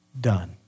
done